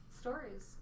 stories